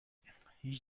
هیچ